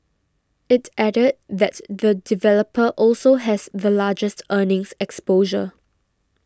it added that the developer also has the largest earnings exposure